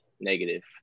negative